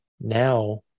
now